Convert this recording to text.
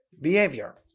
behavior